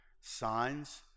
signs